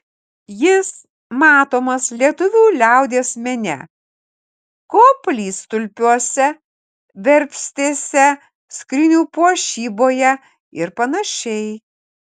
jis matomas lietuvių liaudies mene koplytstulpiuose verpstėse skrynių puošyboje ir panašiai